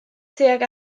tuag